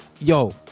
yo